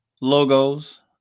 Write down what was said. logos